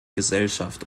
gesellschaft